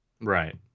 Right